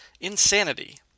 Insanity